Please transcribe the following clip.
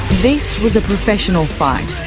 this was a professional fight.